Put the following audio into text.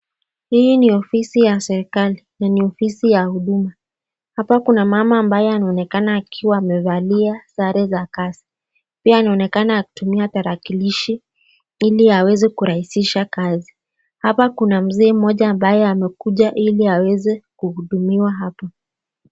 Hii ni ofisi ya serikali na ni ofisi ya huduma, hapa kuna mama ambaye anaonekana akiwa amevalia sare za kazi, pia anaonekana akitumia tarakilishi ili aweze kurahisisha kazi, hapa kuna mzee mmoja ambaye amekuja ili aweze kuhudumiwa hapa.